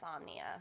insomnia